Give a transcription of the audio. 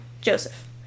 Joseph